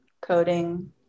coding